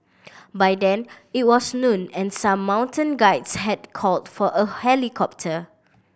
by then it was noon and some mountain guides had called for a helicopter